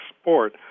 sport